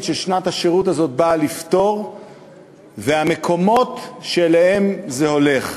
ששנת השירות הזאת באה לפתור והמקומות שאליהם זה הולך.